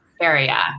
area